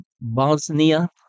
Bosnia